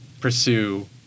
pursue